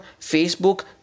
Facebook